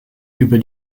über